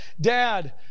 dad